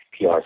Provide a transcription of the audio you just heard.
PR